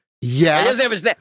Yes